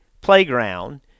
playground